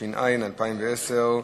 התש"ע 2010,